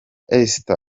esther